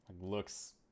looks